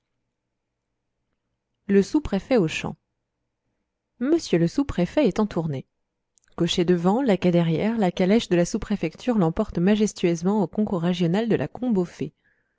le sous-préfet aux champs m le sous-préfet est en tournée cocher devant laquais derrière la calèche de la sous-préfecture l'emporte majestueusement au concours régional de la